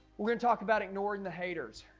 we're gonna talk about ignoring the haters.